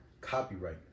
copyright